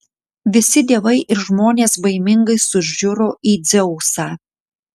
visi dievai ir žmonės baimingai sužiuro į dzeusą